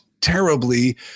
terribly